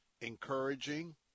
encouraging